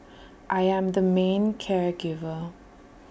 I am the main care giver